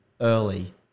Early